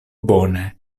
bone